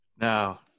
Now